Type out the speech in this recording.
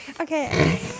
Okay